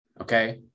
Okay